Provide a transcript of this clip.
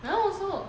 my [one] also